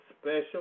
special